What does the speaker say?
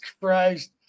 Christ